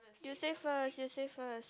you say first you say first